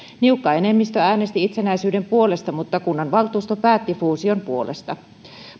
niukka enemmistö äänesti itsenäisyyden puolesta mutta kunnanvaltuusto päätti fuusion puolesta